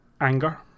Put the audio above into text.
anger